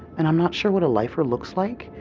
and i'm not sure what a lifer looks like.